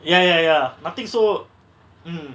ya ya ya nothing so mm